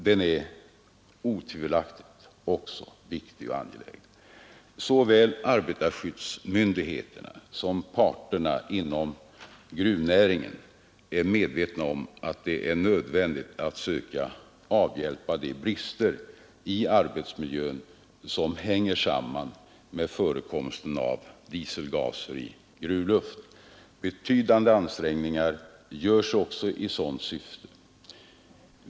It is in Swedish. Den är otvivelaktigt också viktig och angelägen. Såväl arbetarskyddsmyndigheterna som parterna inom gruvnäringen är medvetna om att det är nödvändigt att söka avhjälpa de brister i arbetsmiljön som hänger samman med förekomsten av dieselgaser i gruvluft. Betydande ansträngningar görs också i sådant syfte.